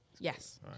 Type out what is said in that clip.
Yes